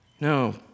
No